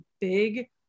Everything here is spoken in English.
big